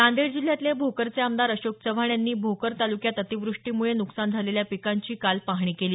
नांदेड जिल्ह्यातले भोकरचे आमदार अशोक चव्हाण यांनी भोकर तालुक्यात अतिवृष्टीमुळे नुकसान झालेल्या पिकांची पाहणी केली